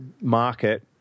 market